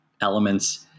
elements